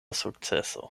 sukceso